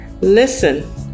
Listen